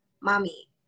mommy